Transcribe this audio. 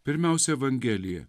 pirmiausia evangelija